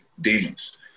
demons